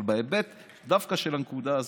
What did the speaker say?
אבל דווקא בהיבט של הנקודה הזאת,